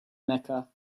mecca